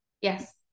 Yes